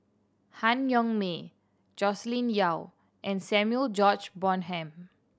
Han Yong May Joscelin Yeo and Samuel George Bonham